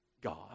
God